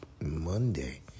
Monday